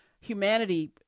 humanity